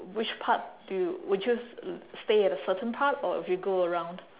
which part do would you stay at a certain part or you go around